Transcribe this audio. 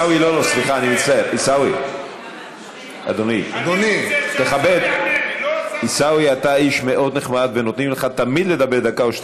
עיסאווי, שמעו אותך, 12 דקות לא הפריעו לך.